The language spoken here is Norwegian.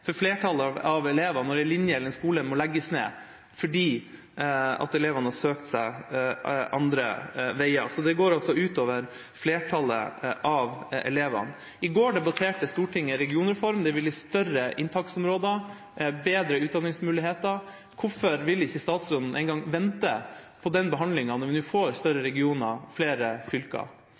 for flertallet av elevene når en linje eller skole må legges ned fordi elevene har søkt seg andre steder. Det går altså ut over flertallet av elevene. I går debatterte Stortinget regionreform. Det vil gi større inntaksområder og bedre utdanningsmuligheter. Hvorfor ville ikke statsråden engang vente på den behandlingen, når vi nå får større regioner og færre fylker?